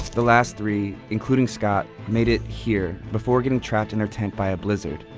the last three, including scott, made it here before getting trapped in their tent by a blizzard,